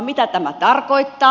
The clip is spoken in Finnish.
mitä tämä tarkoittaa